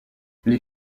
les